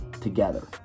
together